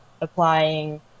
applying